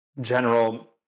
general